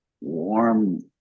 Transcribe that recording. warm